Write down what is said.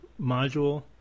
module